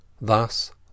Thus